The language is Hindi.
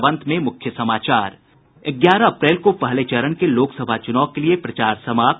और अब अंत में मुख्य समाचार ग्यारह अप्रैल को पहले चरण के लोकसभा चूनाव के लिए प्रचार समाप्त